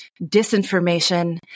disinformation